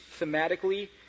thematically